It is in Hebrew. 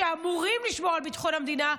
שאמורים לשמור על ביטחון המדינה,